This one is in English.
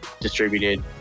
distributed